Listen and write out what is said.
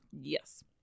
Yes